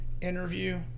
interview